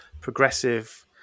progressive